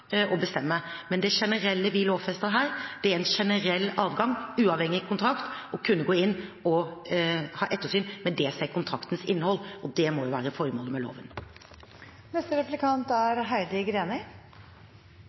å bestemme. Men det generelle vi lovfester her, er en generell adgang, uavhengig kontrakt, til å kunne gå inn og ha ettersyn med kontraktens innhold, og det må være formålet med loven.